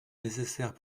nécessaires